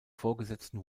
vorgesetzten